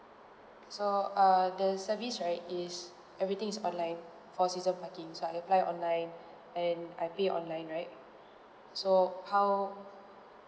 so err the service right is everything is online for season parking so I apply online and I pay online right so how